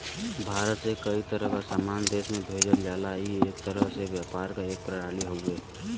भारत से कई तरह क सामान देश में भेजल जाला ई एक तरह से व्यापार क एक प्रणाली हउवे